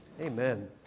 Amen